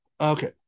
Okay